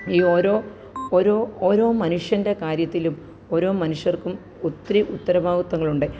ഈ ഓരോ ഒരോ ഓരോ മനുഷ്യന്റെ കാര്യത്തിലും ഓരോ മനുഷ്യര്ക്കും ഒത്തിരി ഉത്തരവാദിത്തങ്ങള് ഉണ്ട്